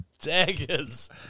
Daggers